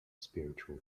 spiritual